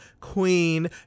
queen